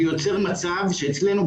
זה יוצר מצב שאצלנו,